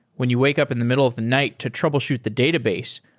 when you wake up in the middle of the night to troubleshoot the database,